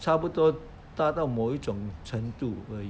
差不多达到某一种程度而已